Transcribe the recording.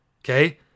okay